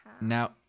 now